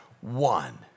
one